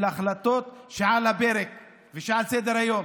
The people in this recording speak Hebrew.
של ההחלטות שעל הפרק ושעל סדר-היום.